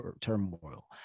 turmoil